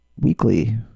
weekly